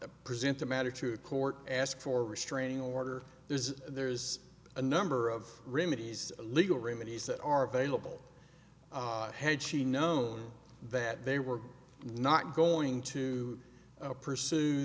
to present the matter to a court ask for a restraining order there's a there's a number of remedies legal remedies that are available had she known that they were not going to pursue